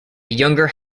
younger